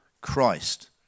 Christ